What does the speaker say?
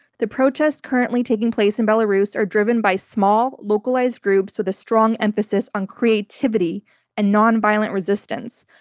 the protests currently taking place in belarus are driven by small, localized groups with a strong emphasis on creativity and non-violent resistance.